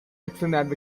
excellent